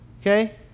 Okay